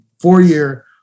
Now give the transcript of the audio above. four-year